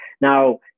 Now